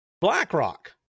BlackRock